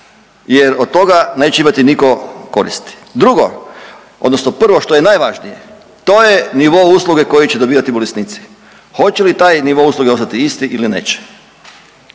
jer od toga neće imati nitko koristi. Drugo odnosno prvo što je najvažnije to je nivo usluge koje će dobivati bolesnici. Hoće li taj nivo usluge ostati isti ili neće?